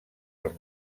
els